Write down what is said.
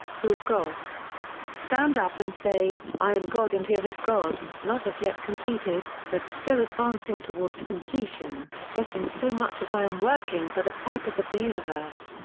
who is god stand up and say, i am god and here is god, not as yet completed, but still advancing towards completion, just in so much as i am working for the purpose of the universe,